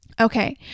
Okay